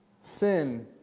sin